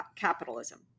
capitalism